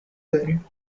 داریم